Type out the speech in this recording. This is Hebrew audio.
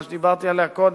מה שדיברתי עליו קודם,